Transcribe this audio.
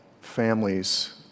families